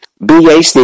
BAC